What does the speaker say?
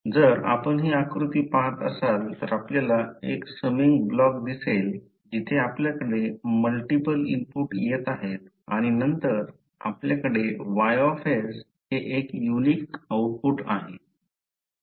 जर आपण हि आकृती पाहत असाल तर आपल्याला एक समिंग ब्लॉक दिसेल जिथे आपल्याकडे मल्टिपल इनपुट येत आहेत आणि नंतर आपल्याकडे Y हे एक युनिक आउटपुट आहे